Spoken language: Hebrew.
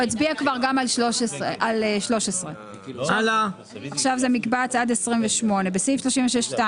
הוא הצביע כבר גם על 13. מקבץ עד מספר 28. בסעיף 36(2),